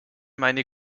meine